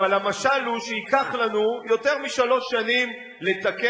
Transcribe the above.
אבל המשל הוא שייקח לנו יותר משלוש שנים לתקן